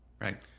right